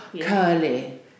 Curly